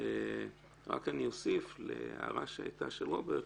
ורק אוסיף להערה של רוברט,